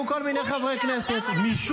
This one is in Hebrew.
ואומרים: להם תכינו שאלות,